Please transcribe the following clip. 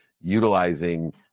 utilizing